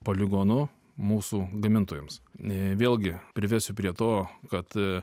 poligonu mūsų gamintojams vėlgi privesiu prie to kad